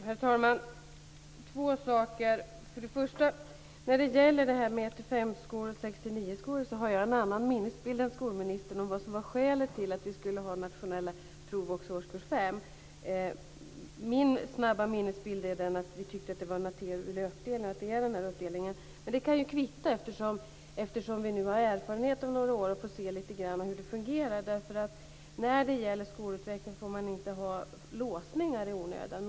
Herr talman! När det gäller 1-5-skolor och 6-9 skolor har jag en annan minnesbild än skolministern om vad som var skälet till att vi skulle ha nationella prov också i årskurs 5. Min snabba minnesbild är att vi tyckte att det var en naturlig uppdelning. Men det kan kvitta eftersom vi om några år har erfarenhet av hur det fungerar. När det gäller skolutveckling får man inte ha låsningar i onödan.